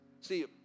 See